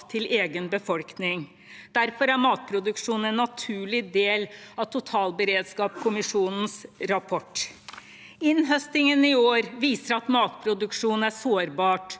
til egen befolkning. Derfor er matproduksjon en naturlig del av totalberedskapskommisjonens rapport. Innhøstningen i år viser at matproduksjon er sårbart,